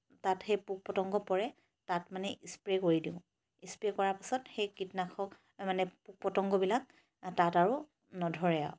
তাত সেই পোক পতংগ পৰে তাত মানে স্প্ৰে কৰি দিওঁ সেই স্প্ৰে কৰি দিয়াৰ পাছত কীটনাশক মানে পোক পতংগবিলাক তাত আৰু নধৰে আৰু